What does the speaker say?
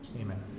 Amen